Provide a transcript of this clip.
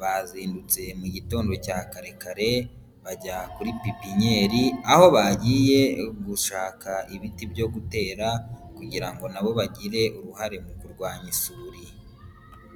bazindutse mu gitondo cya kare kare bajya kuri pipinyeri, aho bagiye gushaka ibiti byo gutera kugira ngo na bo bagire uruhare mu kurwanya isuri.